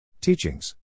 Teachings